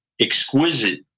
exquisite